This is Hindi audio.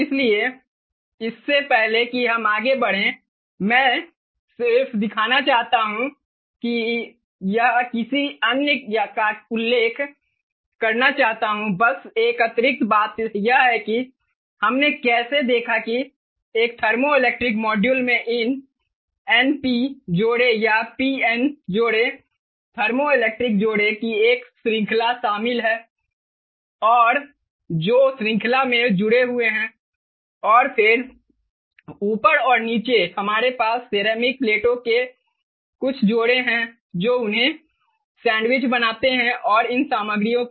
इसलिए इससे पहले कि हम आगे बढ़ें मैं सिर्फ दिखाना चाहता हूं या किसी अन्य का उल्लेख करना चाहता हूं बस एक अतिरिक्त बात यह है कि हमने कैसे देखा कि एक थर्मोइलेक्ट्रिक मॉड्यूल में इन एनपी जोड़े या पीएन जोड़े थर्मोइलेक्ट्रिक जोड़े की एक श्रृंखला शामिल है और जो श्रृंखला में जुड़े हुए हैं और फिर ऊपर और नीचे हमारे पास सिरेमिक प्लेटों के कुछ जोड़े हैं जो उन्हें सैंडविच बनाते हैं और इन सामग्रियों को